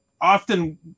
often